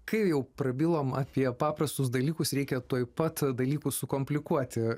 kai jau prabilom apie paprastus dalykus reikia tuoj pat dalykus sukomplikuoti